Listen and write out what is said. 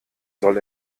soll